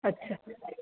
अछा